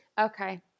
Okay